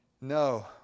No